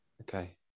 Okay